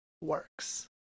works